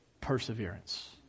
perseverance